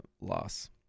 loss